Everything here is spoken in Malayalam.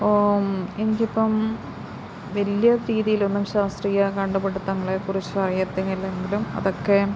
ഓ എനിക്കിപ്പം വലിയ രീതിയിലൊന്നും ശാസ്ത്രീയ കണ്ടു പിടുത്തങ്ങളെക്കുറിച്ച് അറിയത്തില്ലെങ്കിലും അതൊക്കെയും